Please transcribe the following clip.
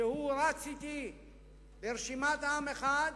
כשהוא רץ אתי ברשימת עם אחד,